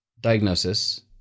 diagnosis